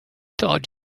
told